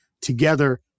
together